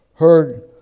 Heard